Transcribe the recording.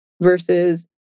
versus